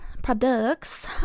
Products